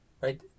right